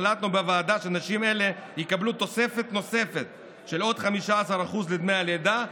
החלטנו בוועדה שנשים אלה יקבלו תוספת נוספת של עוד 15% לדמי הלידה,